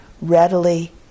readily